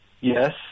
Yes